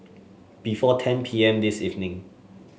before ten P M this evening